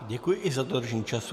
Děkuji i za dodržení času.